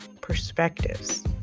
perspectives